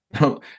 no